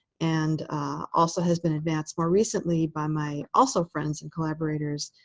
and also has been advanced more recently by my also friends and collaborators,